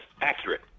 Accurate